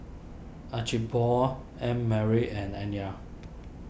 Archibald Annmarie and Anya